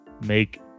make